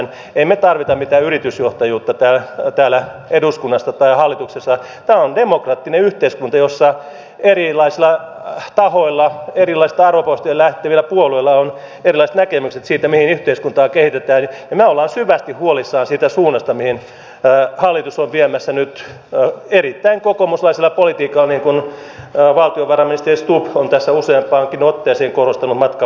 emme me tarvitse mitään yritysjohtajuutta täällä eduskunnassa tai hallituksessa tämä on demokraattinen yhteiskunta jossa erilaisilla tahoilla erilaisista arvopohjista lähtevillä puolueilla on erilaiset näkemykset siitä mihin yhteiskuntaa kehitetään ja me olemme syvästi huolissamme siitä suunnasta mihin hallitus on sitä viemässä nyt erittäin kokoomuslaisella politiikalla niin kuin valtiovarainministeri stubb on tässä useampaankin otteeseen korostanut matkan varrella